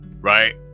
Right